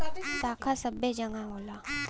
शाखा सबै जगह होला